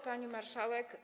Pani Marszałek!